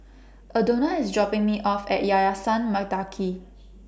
Aldona IS dropping Me off At Yayasan Mendaki